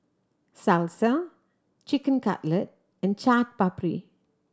Salsa Chicken Cutlet and Chaat Papri